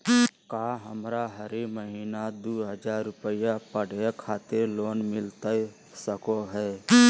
का हमरा हरी महीना दू हज़ार रुपया पढ़े खातिर लोन मिलता सको है?